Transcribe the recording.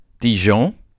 Dijon